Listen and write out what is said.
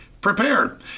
prepared